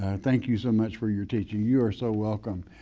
ah thank you so much for your teaching. you are so welcome.